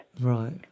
Right